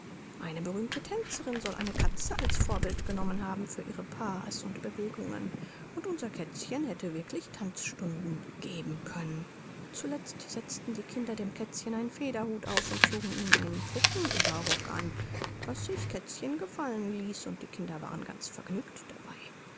eine berühmte tänzerin soll eine katze als vorbild genommen haben für ihre pas und bewegungen und unser kätzchen hätte wirklich tanzstunde geben können zuletzt setzten die kinder dem kätzchen einen federhut auf und zogen ihm einen puppenüberrock an was sich kätzchen gefallen ließ und die kinder waren ganz vergnügt dabei